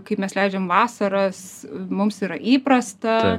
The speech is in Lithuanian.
kaip mes leidžiam vasaras mums yra įprasta